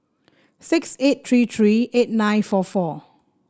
six eight three three eight nine four four